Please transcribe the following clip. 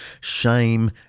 shame